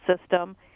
system –